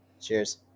cheers